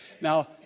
Now